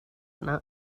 yna